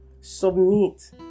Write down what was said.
submit